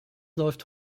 läuft